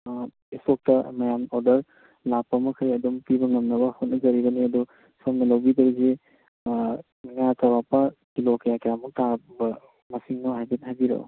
ꯁ꯭ꯇꯣꯛꯇ ꯃꯌꯥꯝ ꯑꯣꯔꯗꯔ ꯂꯥꯛꯄ ꯃꯈꯩ ꯑꯗꯨꯝ ꯄꯤꯕ ꯉꯝꯅꯕ ꯍꯣꯠꯅꯖꯔꯤꯕꯅꯤ ꯑꯗꯨ ꯁꯣꯝꯅ ꯂꯧꯕꯤꯗꯣꯏꯁꯦ ꯉꯥ ꯆꯧꯔꯥꯛꯄ ꯀꯤꯂꯣ ꯀꯌꯥ ꯀꯌꯥꯃꯨꯛ ꯇꯥꯕ ꯃꯁꯤꯡꯅꯣ ꯍꯥꯏꯐꯦꯠ ꯍꯥꯏꯕꯤꯔꯛꯑꯣ